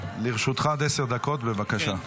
לרשותך עד עשר דקות, בבקשה.